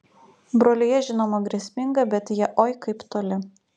brolija žinoma grėsminga bet jie oi kaip toli